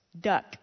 duck